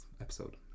episode